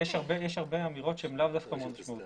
יש הרבה אמירות שהן לאו דווקא משמעותיות.